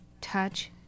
touch